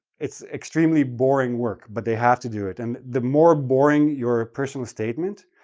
it's extremely boring work, but they have to do it, and the more boring your personal statement,